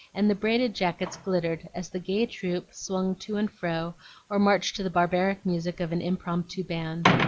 and the braided jackets glittered as the gay troop swung to and fro or marched to the barbaric music of an impromptu band.